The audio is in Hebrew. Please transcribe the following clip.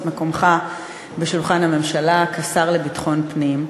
מקומך בשולחן הממשלה כשר לביטחון פנים.